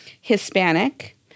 Hispanic